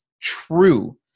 true